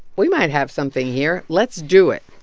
we might have something here. let's do it.